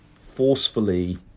forcefully